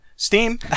Steam